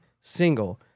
single